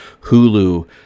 Hulu